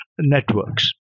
networks